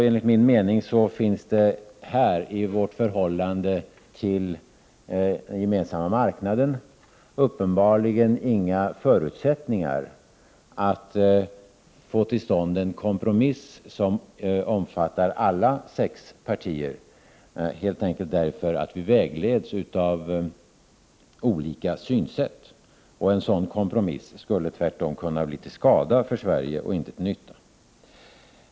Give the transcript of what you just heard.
Enligt min mening finns det i vårt förhållande till den gemensamma marknaden uppenbarligen inga förutsättningar att få till stånd en kompromiss som omfattar alla de sex partierna, helt enkelt därför att vi vägleds av olika synsätt. En sådan kompromiss skulle tvärtom kunna bli till skada för Sverige och inte till nytta.